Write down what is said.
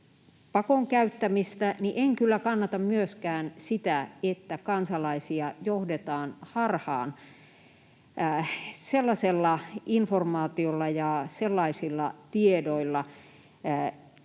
pakon käyttämistä, niin en kyllä kannata myöskään sitä, että kansalaisia johdetaan harhaan sellaisella informaatiolla ja sellaisilla tiedoilla,